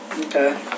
Okay